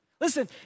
Listen